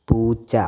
പൂച്ച